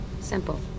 Simple